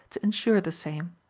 to insure the same.